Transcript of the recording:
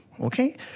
Okay